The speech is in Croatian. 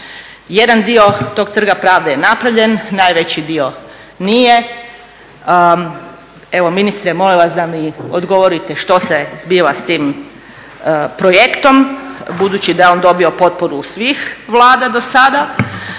Jedan dio tog Trga pravde je napravljen, najveći dio nije, evo ministre molim vas da mi odgovorite što se zbiva s tim projektom budući da je on dobio potporu svih Vlada do sada,